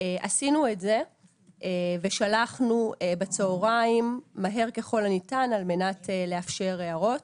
עשינו את זה ושלחנו בצוהריים מהר ככל הניתן על מנת לאפשר הערות.